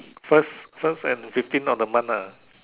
first first and fifteen of the month ah